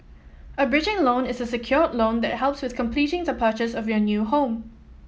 a bridging loan is a secured loan that helps with completing the purchase of your new home